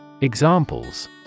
Examples